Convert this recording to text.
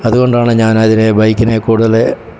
അതുകൊണ്ടാണ് ഞാൻ അതിനെ ബൈക്കിനെ കൂടുതൽ